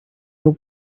your